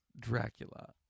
Dracula